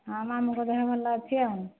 ହଁ ମାମୁଁଙ୍କ ଦେହ ଭଲ ଅଛି ଆଉ